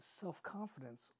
self-confidence